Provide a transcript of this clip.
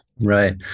Right